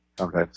Okay